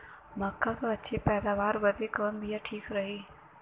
मक्का क अच्छी पैदावार बदे कवन बिया ठीक रही?